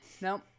Nope